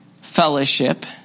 fellowship